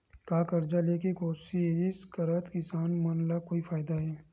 का कर्जा ले के कोशिश करात किसान मन ला कोई फायदा हे?